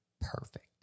Perfect